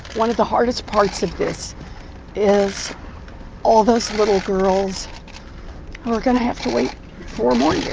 one of the hardest parts of this is all those little girls who are going to have to wait four more years.